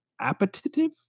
appetitive